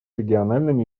региональными